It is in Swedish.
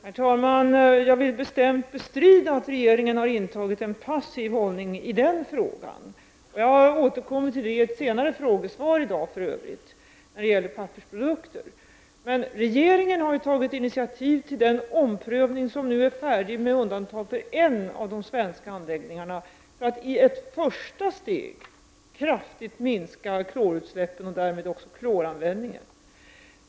Herr talman! Jag vill bestämt bestrida att regeringen har intagit en passiv hållning i den frågan. Jag återkommer för övrigt till detta med pappersprodukter i ett senare frågesvar i dag. Regeringen har tagit initiativ till den omprövning som man nu är färdig med — förutom när det gäller en av de svenska anläggningarna — för att i ett första steg kraftigt minska klorutsläppen och därmed också kloranvändningen.